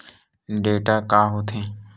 Data का होथे?